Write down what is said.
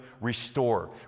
restore